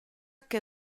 che